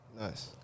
Nice